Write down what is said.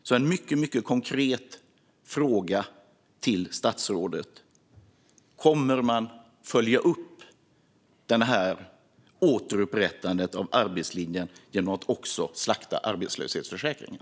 Jag har en mycket konkret fråga till statsrådet: Kommer man att följa upp återupprättandet av arbetslinjen genom att slakta också arbetslöshetsförsäkringen?